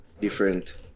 different